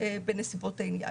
בנסיבות העניין.